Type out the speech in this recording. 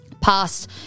past